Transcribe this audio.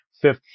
fifth